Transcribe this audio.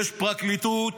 יש פרקליטות,